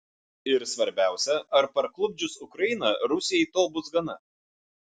ir svarbiausia ar parklupdžius ukrainą rusijai to bus gana